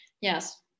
yes